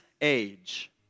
age